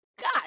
god